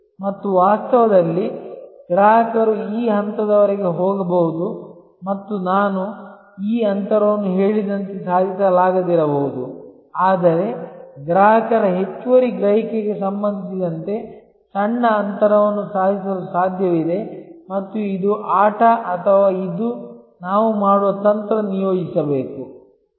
ಮತ್ತು ವಾಸ್ತವದಲ್ಲಿ ಗ್ರಾಹಕರು ಈ ಹಂತದವರೆಗೆ ಹೋಗಬಹುದು ಮತ್ತು ನಾನು ಈ ಅಂತರವನ್ನು ಹೇಳಿದಂತೆ ಸಾಧಿಸಲಾಗದಿರಬಹುದು ಆದರೆ ಗ್ರಾಹಕರ ಹೆಚ್ಚುವರಿ ಗ್ರಹಿಕೆಗೆ ಸಂಬಂಧಿಸಿದಂತೆ ಸಣ್ಣ ಅಂತರವನ್ನು ಸಾಧಿಸಲು ಸಾಧ್ಯವಿದೆ ಮತ್ತು ಇದು ಆಟ ಅಥವಾ ಇದು ನಾವು ಮಾಡುವ ತಂತ್ರ ನಿಯೋಜಿಸಬೇಕು